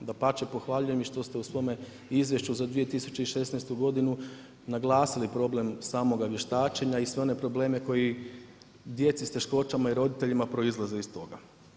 Dapače, pohvaljujem i što ste u svome izvješću za 2016. godinu naglasili problem samoga vještačenja i sve one probleme koji djeci s teškoćama i roditeljima proizlaze iz toga.